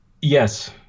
yes